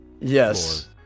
Yes